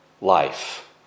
life